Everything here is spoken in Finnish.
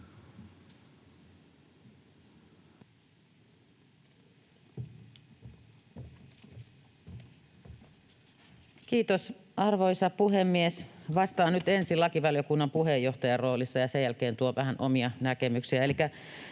Kiitos, arvoisa puhemies! Vastaan nyt ensin lakivaliokunnan puheenjohtajan roolissa ja sen jälkeen tuon vähän omia näkemyksiäni.